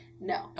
No